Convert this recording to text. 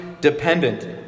dependent